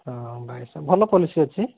ହଁ ବାଇଶ ଭଲ ପଲିସି ଅଛି